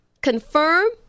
confirm